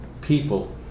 people